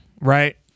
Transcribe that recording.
right